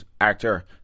actor